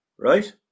right